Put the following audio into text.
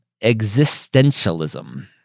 existentialism